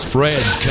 Fred's